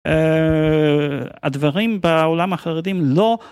הדברים בעולם החרדי לא.